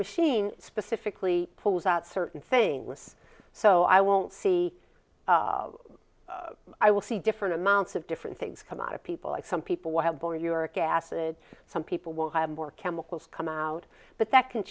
machine specifically pulls out certain saying with so i won't see i will see different amounts of different things come out of people like some people wild boar york acid some people will have more chemicals come out but that can